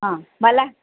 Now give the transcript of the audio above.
हां मला